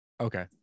Okay